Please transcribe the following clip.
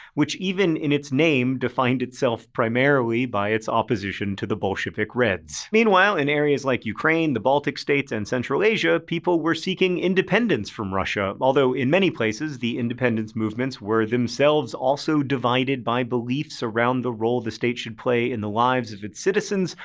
which even in its name defined itself primarily by its opposition to the bolshevik reds. meanwhile, in areas like ukraine, the baltic states, and central asia, people were seeking independence from russia, although in many places, the independence movements were themselves also divided by beliefs around the role the state should play in the lives of its citizens,